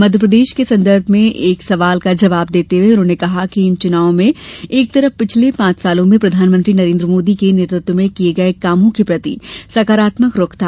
मध्यप्रदेश के संदर्भ में एक सवाल का जवाब देते हुए उन्होंने कहा कि इन चुनावों में एक तरफ पिछले पांच सालों में प्रधानमंत्री नरेन्द्र मोदी के नेतृत्व में किये गये कामों के प्रति सकारात्मक रूख था